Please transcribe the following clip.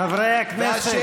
חברי הכנסת.